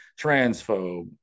transphobe